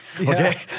Okay